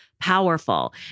powerful